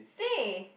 say